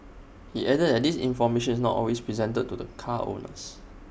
he added that this information is not always presented to the car owners